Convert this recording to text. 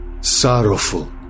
sorrowful